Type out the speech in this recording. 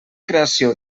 creació